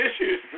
issues